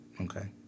Okay